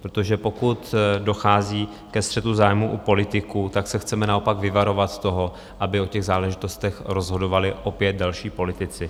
Protože pokud dochází ke střetu zájmů u politiků, tak se chceme naopak vyvarovat toho, aby o těchto záležitostech rozhodovali opět další politici.